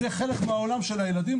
זה חלק מהעולם של הילדים,